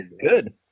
good